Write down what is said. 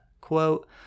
quote